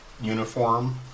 uniform